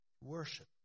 Worship